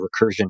Recursion